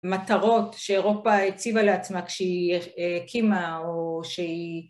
מטרות שאירופה הציבה לעצמה כשהיא הקימה או שהיא